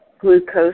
glucose